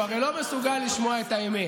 אדוני היושב-ראש, הוא הרי לא מסוגל לשמוע את האמת.